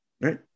Right